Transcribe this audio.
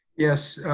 yes,